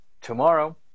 tomorrow